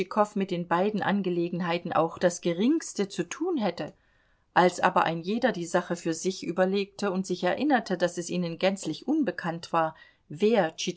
mit den beiden angelegenheiten auch das geringste zu tun hätte als aber ein jeder die sache für sich überlegte und sich erinnerte daß es ihnen gänzlich unbekannt war wer